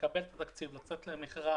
לקבל את התקציב, לצאת למכרז,